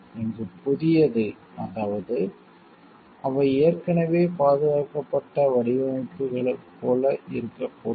இங்கு புதியது அதாவது அவை ஏற்கனவே பாதுகாக்கப்பட்ட வடிவமைப்புகளைப் போல இருக்கக்கூடாது